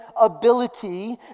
ability